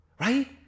right